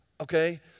okay